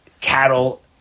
cattle